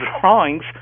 drawings